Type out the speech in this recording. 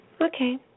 Okay